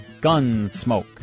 Gunsmoke